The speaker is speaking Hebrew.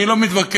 אני לא מתווכח.